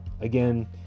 Again